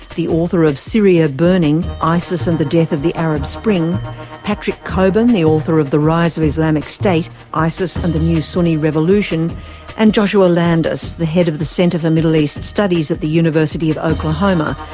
the author of syria burning isis and the death of the arab spring patrick cockburn, the author of the rise of islamic state isis and the new sunni revolution and joshua landis, the head of the center for middle east studies at the university of oklahoma.